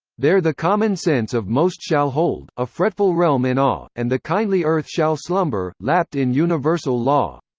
there the common sense of most shall hold a fretful realm in awe and the kindly earth shall slumber lapt in universal law.